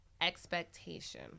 expectation